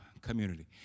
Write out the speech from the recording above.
community